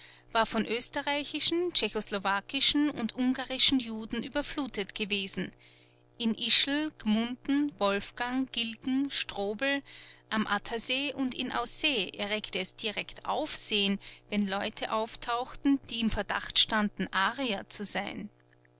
waren von österreichischen tschechoslowakischen und ungarischen juden überflutet gewesen in ischl gmunden wolfgang gilgen strobl am attersee und in aussee erregte es direkt aufsehen wenn leute auftauchten die im verdacht standen arier zu sein